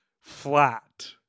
flat